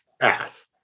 Ass